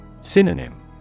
Synonym